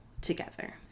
together